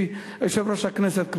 יושב-ראש הכנסת,